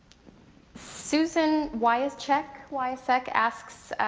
susan wycheck wycheck asks,